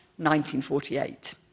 1948